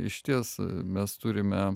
išties mes turime